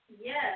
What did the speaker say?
Yes